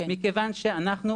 מכיוון שאנחנו,